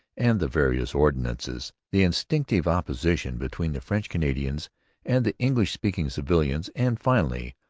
and the various ordinances the instinctive opposition between the french canadians and the english-speaking civilians and, finally,